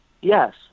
Yes